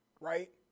right